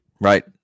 Right